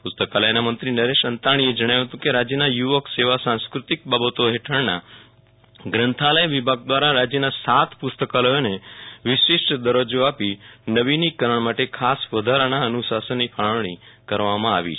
પુસ્તકાલયના મંત્રી નરેશ અંતાણીએ જણાવ્યું હતું કે રાજ્યના સાંસ્કૃતિક બાબતોના હેઠળના ગ્રંથાલય વિભાગ દ્વારા રાજ્યના સાત પુસ્તકાલયોને વિશિષ્ટ દરજ્જો આપી નવીનીકરણ માટે ખાસ વધારાના અનુશાસનની ફાળવણી કરવામાં આવી છે